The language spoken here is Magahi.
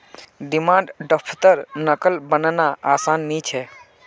डिमांड द्रफ्टर नक़ल बनाना आसान नि छे